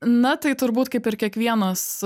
na tai turbūt kaip ir kiekvienas